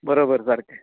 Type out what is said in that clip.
बरोबर सारकें